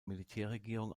militärregierung